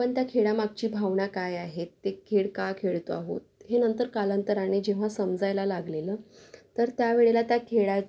पण त्या खेळामागची भावना काय आहेत ते खेळ का खेळतो आहोत हे नंतर कालांतराने जेव्हा समजायला लागलेलं तर त्या वेळेला त्या खेळा